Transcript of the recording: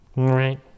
Right